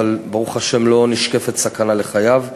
אבל ברוך השם לא נשקפת סכנה לחייו.